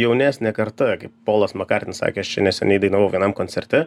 jaunesnė karta kaip polas makartnis sakė aš čia neseniai dainavau vienam koncerte